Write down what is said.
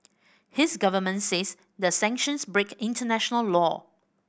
his government says the sanctions break international law